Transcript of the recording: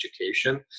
education